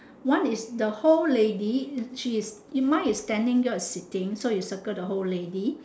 one is the whole lady she is mine is standing yours is sitting so you circle the whole lady